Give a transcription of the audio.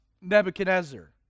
Nebuchadnezzar